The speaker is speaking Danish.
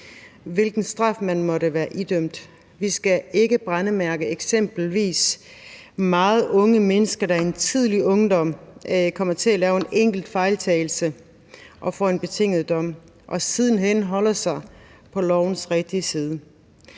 hvilken straf man måtte være idømt. Vi skal ikke brændemærke eksempelvis meget unge mennesker, der i en tidlig ungdom er kommet til at lave en enkelt fejltagelse og får en betinget dom, men siden hen holder sig på lovens rigtige side.